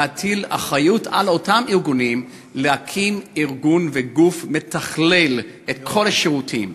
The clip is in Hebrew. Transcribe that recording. להטיל אחריות על אותם ארגונים להקים ארגון וגוף שמתכלל את כל השירותים.